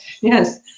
Yes